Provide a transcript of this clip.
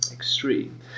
Extreme